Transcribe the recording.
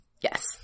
Yes